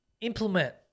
Implement